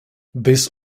this